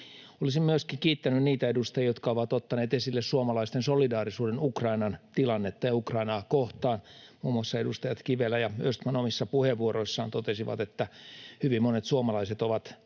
Olisin myöskin kiittänyt niitä edustajia, jotka ovat ottaneet esille suomalaisten solidaarisuuden Ukrainan tilannetta ja Ukrainaa kohtaan. Muun muassa edustajat Kivelä ja Östman omissa puheenvuoroissaan totesivat, että hyvin monet suomalaiset ovat